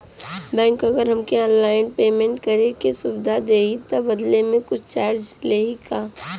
Bank अगर हमके online payment करे के सुविधा देही त बदले में कुछ चार्जेस लेही का?